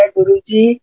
Guruji